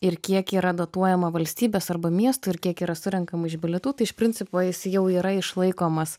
ir kiek yra dotuojama valstybės arba miestų ir kiek yra surenkama iš bilietų tai iš principo jis jau yra išlaikomas